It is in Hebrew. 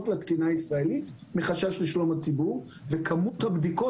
לתקינה הישראלית מחשש לשלום הציבור וכמות הבדיקות